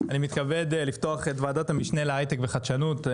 אני מתכבד לפתוח את ועדת המשנה להייטק וחדשנות.